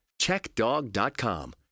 CheckDog.com